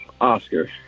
Oscar